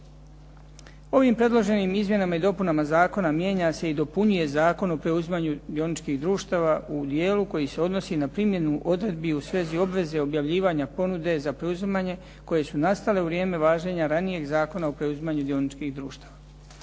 Ovim ponuđenim izmjenama i dopunama zakona mijenja se i dopunjuje Zakon o preuzimanju dioničkih društava u dijelu koji se odnosi na primjenu odredbi u svezi obveze objavljivanja ponude za preuzimanje koje su nastale u vrijem važenja ranijeg Zakona o preuzimanju dioničkih društava.